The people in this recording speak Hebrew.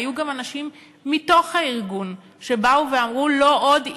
היו גם אנשים מתוך הארגון שבאו ואמרו: לא עוד,